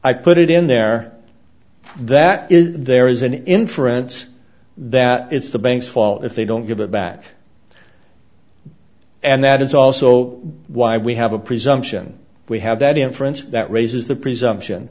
i put it in there that is there is an inference that it's the bank's fault if they don't give it back and that is also why we have a presumption we have that inference that raises the presumption